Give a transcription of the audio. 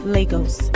Lagos